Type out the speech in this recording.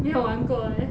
没有玩过 leh